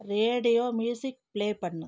radio music play பண்ணு